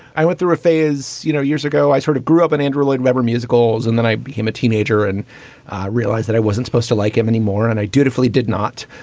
i went through a phase, you know ago. i sort of grew up in andrew lloyd webber musicals. and then i became a teenager and realized that i wasn't supposed to like em anymore. and i dutifully did not.